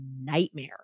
nightmare